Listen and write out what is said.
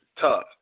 tough